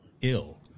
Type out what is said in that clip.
ill